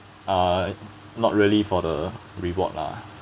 uh not really for the reward lah